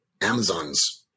Amazon's